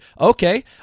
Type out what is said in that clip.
okay